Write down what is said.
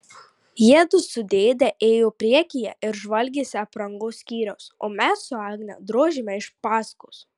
jiedu su dėde ėjo priekyje ir žvalgėsi aprangos skyriaus o mes su agne drožėme iš paskos